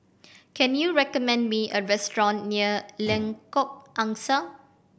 can you recommend me a restaurant near Lengkok Angsa